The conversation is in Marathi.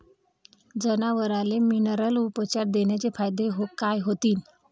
जनावराले मिनरल उपचार देण्याचे फायदे काय होतीन?